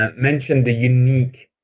ah mentioned the unique,